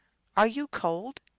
are you cold!